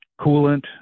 coolant